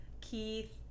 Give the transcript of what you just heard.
Keith